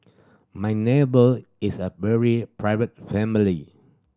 my neighbour is a very private family